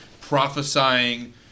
prophesying